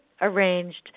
arranged